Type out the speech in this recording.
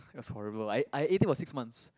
that's horrible I I ate it for six months